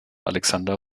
alexander